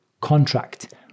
contract